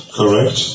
correct